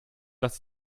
dass